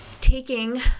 taking